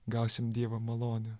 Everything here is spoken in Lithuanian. gausim dievo malonę